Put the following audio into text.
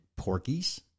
porkies